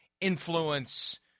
influence